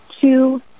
two